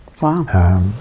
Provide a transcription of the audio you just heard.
Wow